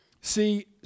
see